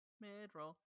mid-roll